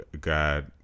God